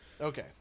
Okay